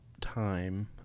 time